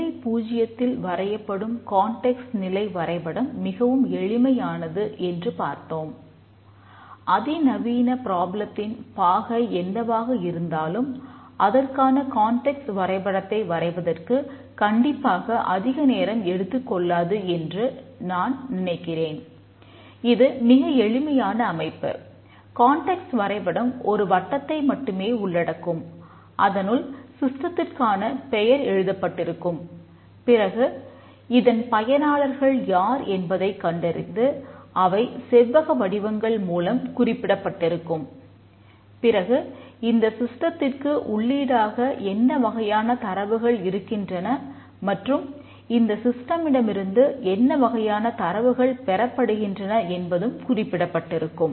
நிலை 0 ல் வரையப்படும் கான்டெக்ஸ்ட் என்ன வகையான தரவுகள் பெறப்படுகின்றன என்பதும் குறிப்பிடப்பட்டிருக்கும்